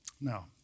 Now